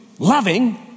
Loving